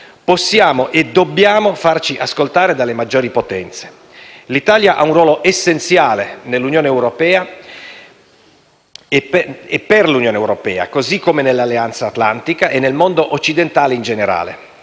Possiamo e dobbiamo farci ascoltare dalle maggiori potenze. L'Italia ha un ruolo essenziale nell'Unione europea e per l'Unione europea, così come nell'Alleanza atlantica e nel mondo occidentale in generale.